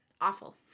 awful